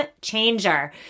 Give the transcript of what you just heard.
changer